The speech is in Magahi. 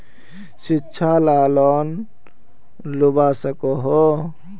शिक्षा ला लोन लुबा सकोहो?